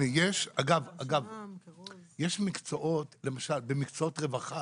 יש מקצועות, למשל במקצועות רווחה